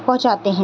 پہنچاتے ہیں